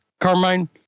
Carmine